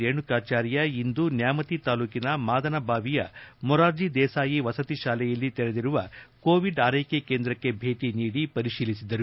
ರೇಣುಕಾಕಾರ್ಯ ಇಂದು ನ್ಯಾಮತಿ ತಾಲೂಕಿನ ಮಾದನ ಬಾವಿಯ ಮೊರಾರ್ಜಿ ದೇಸಾಯಿ ವಸತಿ ಶಾಲೆಯಲ್ಲಿ ತೆರೆದಿರುವ ಕೋವಿಡ್ ಆರೈಕೆ ಕೇಂದ್ರಕ್ಕೆ ಭೇಟಿ ನೀಡಿ ಪರಿಶೀಲಿಸಿದರು